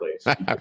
place